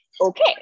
Okay